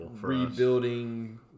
rebuilding